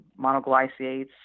monoglycates